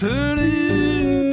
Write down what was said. Turning